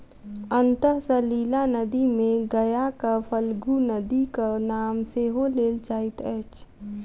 अंतः सलिला नदी मे गयाक फल्गु नदीक नाम सेहो लेल जाइत अछि